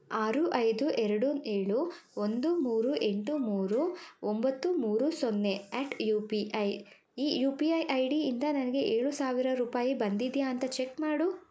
ಆರು ಐದು ಎರಡು ಏಳು ಒಂದು ಮೂರು ಎಂಟು ಮೂರು ಒಂಬತ್ತು ಮೂರು ಸೊನ್ನೆ ಎಟ್ ಯು ಪಿ ಐ ಈ ಯು ಪಿ ಐ ಐಡಿಯಿಂದ ನನಗೆ ಏಳು ಸಾವಿರ ರೂಪಾಯಿ ಬಂದಿದೆಯಾ ಅಂತ ಚೆಕ್ ಮಾಡು